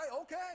okay